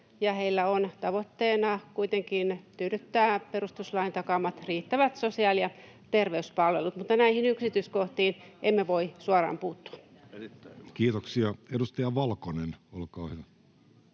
heillä on tavoitteena kuitenkin tyydyttää perustuslain takaamat riittävät sosiaali- ja terveyspalvelut. Mutta näihin yksityiskohtiin emme voi suoraan puuttua. [Speech 30] Speaker: Jussi